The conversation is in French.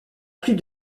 plus